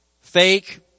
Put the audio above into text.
fake